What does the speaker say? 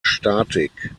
statik